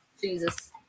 Jesus